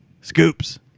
scoops